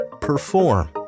perform